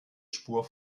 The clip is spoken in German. spur